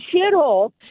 shithole